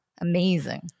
Amazing